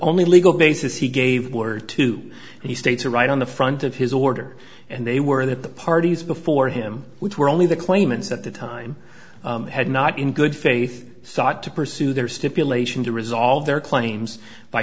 only legal basis he gave were to he states a right on the front of his order and they were that the parties before him which were only the claimants at the time had not in good faith sought to pursue their stipulation to resolve their claims by